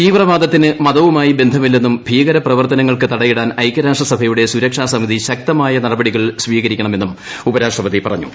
തീവ്രവാദത്തിന് മതവുമായി ബന്ധമില്ലെന്നും ഭീകരപ്രവർത്തനങ്ങൾക്ക് തടയിടാൻ ഐകൃരാഷ്ട്രസഭയുടെ സുരക്ഷാ സമിതി ശക്തമായ നടപടികൾ സ്വീകരിക്കണെന്നും ഉപരാഷ്ട്രപതി പറഞ്ഞു